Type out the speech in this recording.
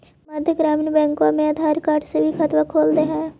मध्य ग्रामीण बैंकवा मे आधार कार्ड से भी खतवा खोल दे है?